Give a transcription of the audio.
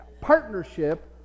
partnership